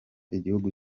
igihugu